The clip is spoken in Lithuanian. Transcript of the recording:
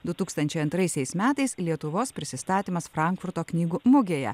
du tūkstančiai antraisiais metais lietuvos prisistatymas frankfurto knygų mugėje